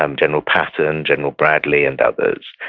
um general patton, general bradley and others,